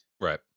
Right